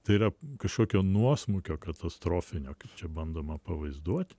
tai yra kažkokio nuosmukio katastrofinio kaip čia bandoma pavaizduot